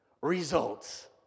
results